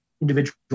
individual